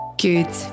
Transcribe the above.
Good